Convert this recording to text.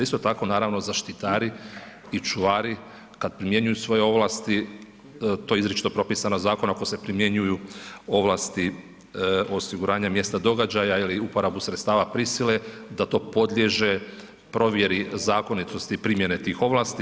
Isto tako naravno i zaštitari i čuvari, kada primjenjuju svoje ovlasti, to je izričito propisano zakonom, ako se primjenjuju ovlasti o osiguranju mjesta događaja ili uporabu sredstava prisile, da to podliježe provjeri zakonitosti i primjene tih ovlasti.